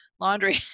laundry